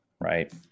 right